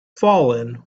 fallen